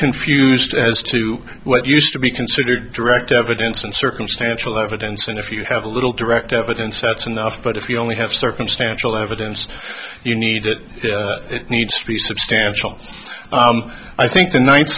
confused as to what used to be considered direct evidence and circumstantial evidence and if you have a little direct evidence that's enough but if you only have circumstantial evidence you need it it needs to be substantial i think the ninth